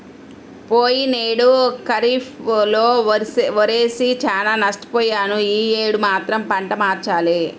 పోయినేడు ఖరీఫ్ లో వరేసి చానా నష్టపొయ్యాను యీ యేడు మాత్రం పంట మార్చాలి